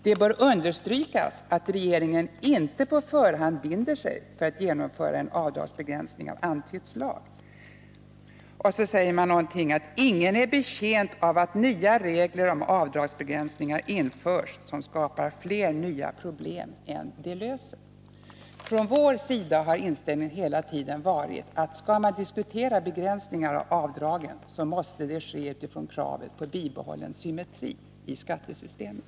Det bör understrykas, att regeringen inte på förhand binder sig för att genomföra en avdragsbegränsning av antytt slag.” Vidare sägs det: ”Ingen är betjänt av att nya regler om avdragsbegränsningar införs som skapar fler nya problem än de löser.” 19 Från vår sida har inställningen hela tiden varit, att skall man diskutera begränsningar av avdragen, måste det ske utifrån kravet på bibehållen symmetri i skattesystemet.